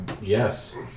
Yes